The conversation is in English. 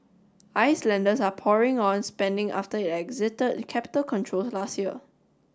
Icelanders are pouring on spending after it exited capital controls last year